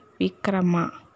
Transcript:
Vikrama